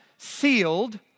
sealed